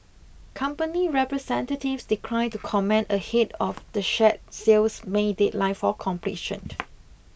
company representatives declined to comment ahead of the share sale's May deadline for completion